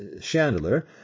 Chandler